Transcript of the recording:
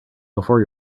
before